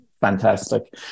Fantastic